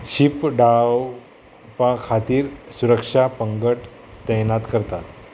शिंपडावपा खातीर सुरक्षा पंगड तयनात करतात